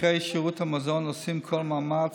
מפקחי שירות המזון עושים כל מאמץ